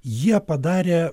jie padarė